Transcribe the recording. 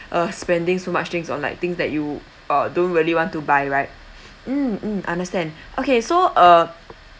uh spending so much things on like things that you uh don't really want to buy right mm mm understand okay so uh